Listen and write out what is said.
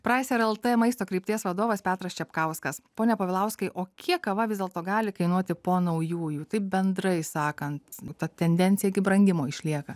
praiser lt maisto krypties vadovas petras čepkauskas pone povilauskai o kiek kava vis dėlto gali kainuoti po naujųjų taip bendrai sakant ta tendencija gi brangimo išlieka